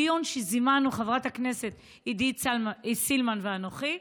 דיון שזימנו חברת הכנסת עידית סילמן ואנוכי,